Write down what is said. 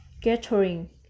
gathering